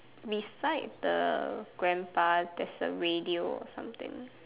beside the grandpa there's a radio or something